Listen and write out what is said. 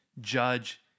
judge